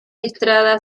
estrada